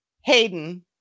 Hayden